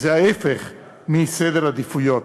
זה ההפך מסדר עדיפויות.